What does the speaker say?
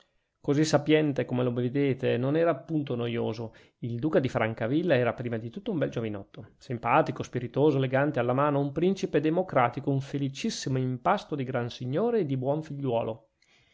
così sapiente come lo vedete non era punto noioso il duca di francavilla era prima di tutto un bel giovinotto simpatico spiritoso elegante alla mano un principe democratico un felicissimo impasto di gran signore e di buon figliuolo